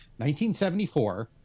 1974